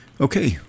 Okay